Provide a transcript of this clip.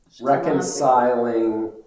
Reconciling